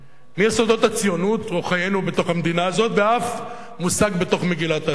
מיסודות הציונות וחיינו בתוך המדינה הזאת ואף מושג בתוך מגילת העצמאות,